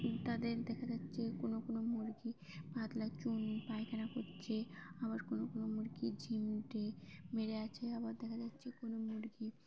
তাদের দেখা যাচ্ছে কোনো কোনো মুরগি পাতলা চুন পায়খানা করছে আবার কোনো কোনো মুরগি ঝিমটে মেরে আছে আবার দেখা যাচ্ছে কোনো মুরগি